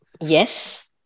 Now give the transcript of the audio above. Yes